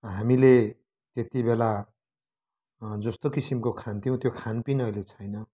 हामीले त्यति बेला जस्तो किसिमको खान्थ्यौँ त्यो खान पिन अहिले छैन